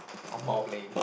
of